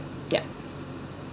yup